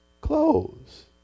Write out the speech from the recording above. clothes